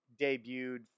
debuted